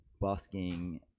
busking